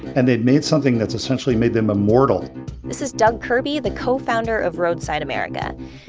and they'd made something that's essentially made them immortal this is doug kirby, the co-founder of roadside america,